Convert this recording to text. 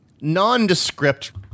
nondescript